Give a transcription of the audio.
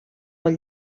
molt